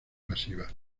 pasiva